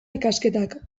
ikasketak